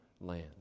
land